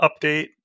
update